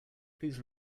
please